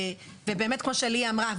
ובאמת כמו שליהי אמרה,